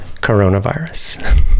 coronavirus